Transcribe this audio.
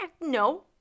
No